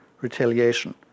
retaliation